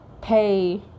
pay